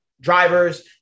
drivers